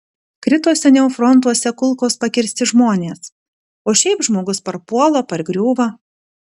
krito seniau frontuose kulkos pakirsti žmonės o šiaip žmogus parpuola pargriūva